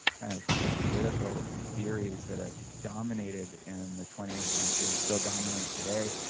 kind of the political theories that have dominated in the twentieth century and still dominate today,